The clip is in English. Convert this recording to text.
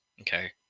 Okay